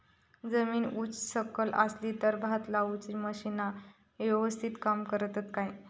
जमीन उच सकल असली तर भात लाऊची मशीना यवस्तीत काम करतत काय?